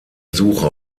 suche